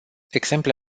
exemple